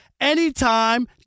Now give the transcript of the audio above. anytime